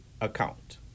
account